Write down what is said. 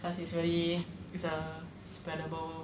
cause it's really it's a spreadable